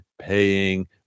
paying